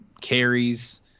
carries